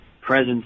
presence